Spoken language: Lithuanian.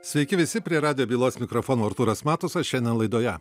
sveiki visi prie radijo bylos mikrofono artūras matusas šiandien laidoje